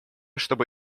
чтобы